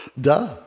Duh